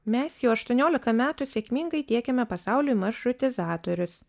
mes jau aštuoniolika metų sėkmingai tiekiame pasauliui maršrutizatorius